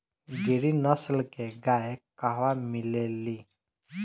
गिरी नस्ल के गाय कहवा मिले लि?